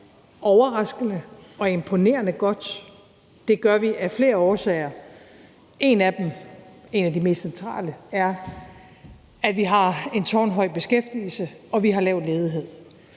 overraskende og imponerende godt. Det gør vi af flere årsager. En af dem, og en af de mest centrale, er, at vi har en tårnhøj beskæftigelse, og at vi har lav ledighed.